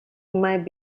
might